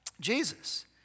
jesus